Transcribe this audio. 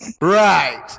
Right